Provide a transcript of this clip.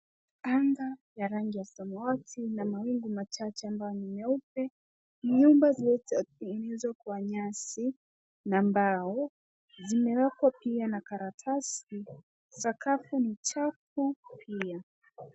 Anga ya rangi ya samawati na mawingu machache ambayo ni nyeupe. Nyumba zilizo tengenezwa kwa nyasi na mbao zimewekwa pia na karatasi. Sakafu ni chafu pia.